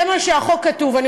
זה מה שכתוב בחוק.